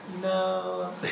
no